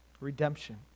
Redemption